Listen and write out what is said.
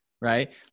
Right